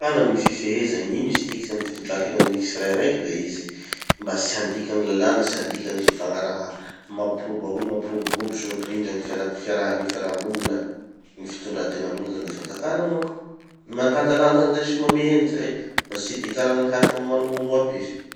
Fanjakana gny fifeheza, gn'ino izy tiky, sy gny fitondran-tenan'ny gny tsirairaiky da izy mba tsy handika gny lalàna, tsy handika gny fifagnaraha mampirobaroba mampiroborobo sy mampirindra gny fiana- fiarahan'ny fiarahamonina, gny fitondrantegnan'olo zany. Da i fanjakana gny mandanjalanja anizay sy mamehy anizay mba tsy hidikaran'ny hafa man- mamoapefy.